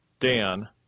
Dan